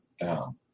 down